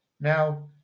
Now